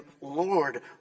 Lord